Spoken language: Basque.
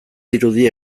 dirudi